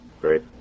Great